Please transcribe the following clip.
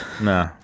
Nah